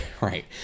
Right